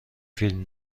فیلم